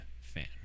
fan